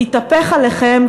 תתהפך עליכם,